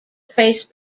trace